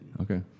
Okay